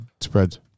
spreads